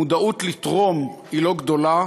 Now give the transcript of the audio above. המודעות לתרום היא לא גדולה,